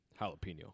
jalapeno